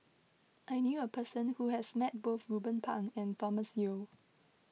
I knew a person who has met both Ruben Pang and Thomas Yeo